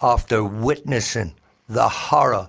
after witnessing the horror